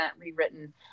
rewritten